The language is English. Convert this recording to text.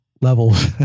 levels